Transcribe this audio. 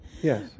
Yes